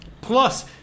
Plus